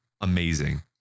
amazing